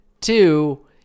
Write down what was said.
two